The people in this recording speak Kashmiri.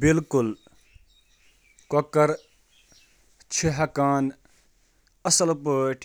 مرغ چِھ لوک، جایہٕ تہٕ چیز